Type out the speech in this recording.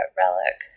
relic